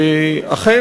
אכן,